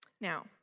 Now